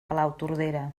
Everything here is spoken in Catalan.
palautordera